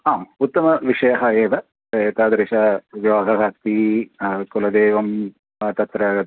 आम् उत्तमविषयः एव एतादृशविवाहः अस्ति कुलदेवं तत्र